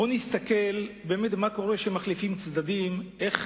בואו נסתכל מה קורה כאשר מחליפים צדדים, איך